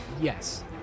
Yes